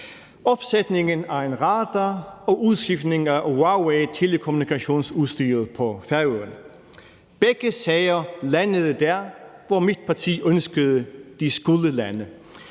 opsætningen af en radar og udskiftningen af Huaweitelekommunikationsudstyret på Færøerne. Begge sager landede der, hvor mit parti ønskede de skulle lande.